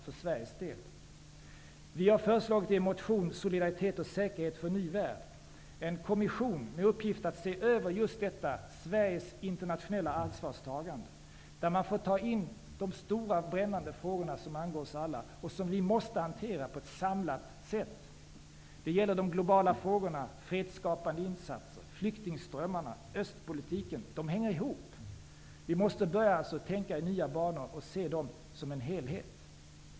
Socialdemokraterna har i en motion, Solidaritet och säkerhet för en ny värld, föreslagit att en kommission med uppgift att se över Sveriges internationella ansvarstagande skall tillsättas. Där skall man behandla de stora, brännande frågor som angår oss alla och som vi måste hantera på ett samlat sätt. Det gäller de globala frågorna: fredsskapande insatser, flyktingströmmarna, östpolitiken. De hänger ihop. Vi måste börja tänka i nya banor och se dessa frågor som en helhet.